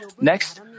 Next